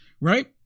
Right